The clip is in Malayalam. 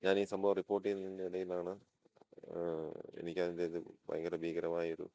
ഞാൻ ഈ സംഭവം റിപ്പോർട്ട് ചെയ്യുന്നതിന് ഇടയിലാണ് എനിക്ക് അതിൻ്റെ അത് ഭയങ്കര ഭീകരമായ ഒരു